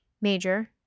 major